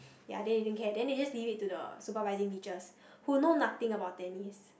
ya then they didn't care then they just leave it to the supervising teachers who know nothing about tennis